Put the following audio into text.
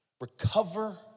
recover